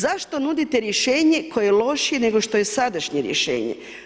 Zašto nudite rješenje koje je lošije nego što je sadašnje rješenje?